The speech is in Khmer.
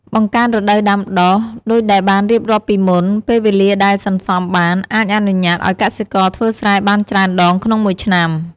បង្កើនរដូវដាំដុះ: ដូចដែលបានរៀបរាប់ពីមុន ពេលវេលាដែលសន្សំបានអាចអនុញ្ញាតឱ្យកសិករធ្វើស្រែបានច្រើនដងក្នុងមួយឆ្នាំ។